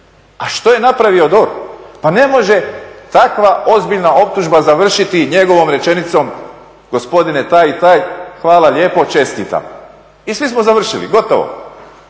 A što je napravio DORH? Pa ne može takva ozbiljna optužba završiti njegovom rečenicom gospodine taj i taj, hvala lijepo, čestitam i svi smo završili, gotovo.